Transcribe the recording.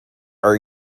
are